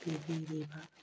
ꯄꯤꯕꯤꯔꯤꯕ